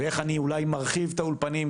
ואיך אני אולי מרחיב את האולפנים,